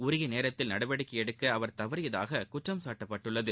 உரிய நேரத்தில் நடவடிக்கை எடுக்க அவர் தவறியதாக குற்றம் சாட்டப்பட்டுள்ளது